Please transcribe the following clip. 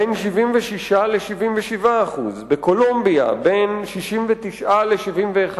בין 76% ל-77%, בקולומביה, בין 69% ל-71%,